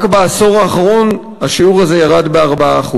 רק בעשור האחרון השיעור הזה ירד ב-4%.